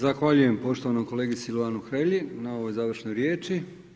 Zahvaljujem poštovanom kolegi Silvanu Hrelji na ovoj završnoj riječi.